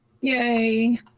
Yay